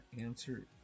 Answer